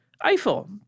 Eiffel